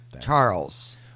Charles